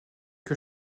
que